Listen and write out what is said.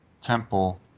temple